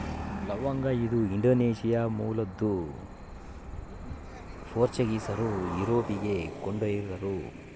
ಲವಂಗ ಇದು ಇಂಡೋನೇಷ್ಯಾ ಮೂಲದ್ದು ಪೋರ್ಚುಗೀಸರು ಯುರೋಪಿಗೆ ಕೊಂಡೊಯ್ದರು